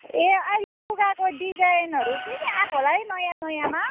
ए अहिले लुगाको डिजाइनहरू के के आएको होला है नयाँ नयाँमा